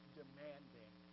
demanding